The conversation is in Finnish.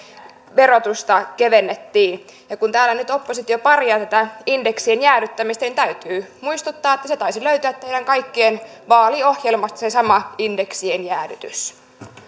verotusta kevennettiin kun täällä nyt oppositio parjaa tätä indeksien jäädyttämistä niin täytyy muistuttaa että taisi löytyä teidän kaikkien vaaliohjelmista se sama indeksien jäädytys